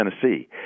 Tennessee